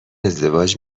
ازدواج